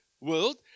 world